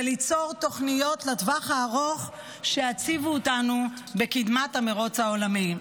וליצור תוכניות לטווח הארוך שיציבו אותנו בקדמת המרוץ העולמי.